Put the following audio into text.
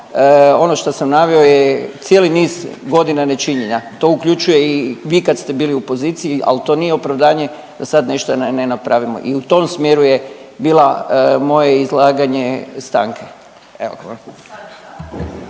Ono što sam naveo je cijeli niz godina nečinjenja, to uključuje i vi kad ste bili u poziciji, ali to nije opravdanje da sad nešta ne napravimo. I u tom smjeru je bila moje izlaganje stanke.